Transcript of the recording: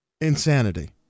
Insanity